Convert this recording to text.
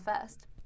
First